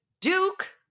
Duke